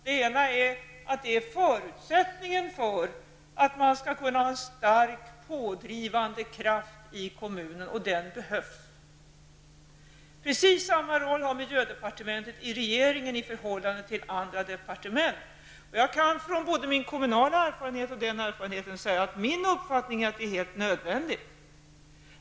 Det ena skälet är att detta är förutsättningen för att man skall kunna ha den starka pådrivande kraft som behövs i kommunen. Precis samma roll har miljödepartementet i regeringen i förhållande till andra departement. Jag kan från både den erfarenheten och min kommunala erfarenhet säga att det är helt nödvändigt.